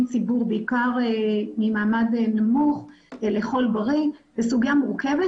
ציבור בעיקר ממעמד נמוך לאכול בריא זה סוגייה מורכבת,